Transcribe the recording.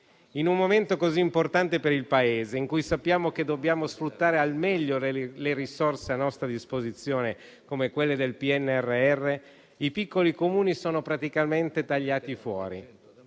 In un momento così importante per il Paese, in cui sappiamo che dobbiamo sfruttare al meglio le risorse a nostra disposizione come quelle del PNRR, i piccoli Comuni sono praticamente tagliati fuori,